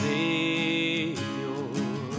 Savior